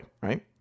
right